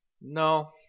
no